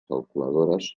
calculadores